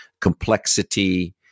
complexity